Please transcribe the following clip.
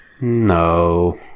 No